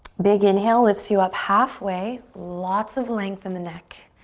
big inhale lifts you up halfway, lots of length in the neck.